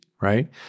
right